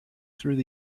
through